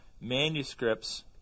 manuscripts